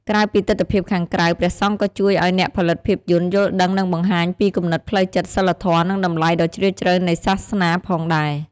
ក្រៅពីទិដ្ឋភាពខាងក្រៅ ព្រះសង្ឃក៏ជួយឲ្យអ្នកផលិតភាពយន្ត យល់ដឹង និងបង្ហាញពីគំនិតផ្លូវចិត្ត សីលធម៌ និងតម្លៃដ៏ជ្រាលជ្រៅនៃសាសនា ផងដែរ។